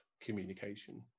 communication